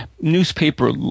newspaper